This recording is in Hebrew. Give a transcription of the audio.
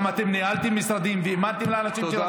גם אתם ניהלתם משרדים והאמנתם לאנשים שלכם.